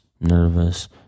Nervous